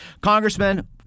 Congressman